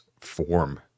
form